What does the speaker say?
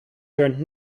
turned